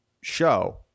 show